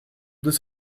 deux